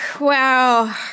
wow